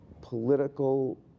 political